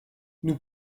nous